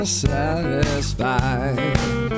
satisfied